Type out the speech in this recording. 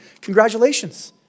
Congratulations